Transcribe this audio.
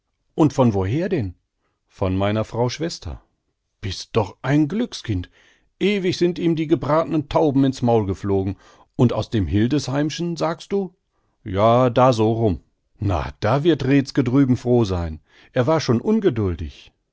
und von woher denn von meiner frau schwester bist doch ein glückskind ewig sind ihm die gebratnen tauben ins maul geflogen und aus dem hildesheim'schen sagst du ja da so rum na da wird reetzke drüben froh sein er war schon ungeduldig